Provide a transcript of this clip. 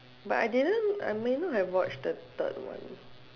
but I didn't I may not have watched the third one